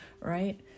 right